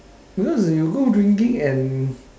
because you go drinking and